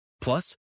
Plus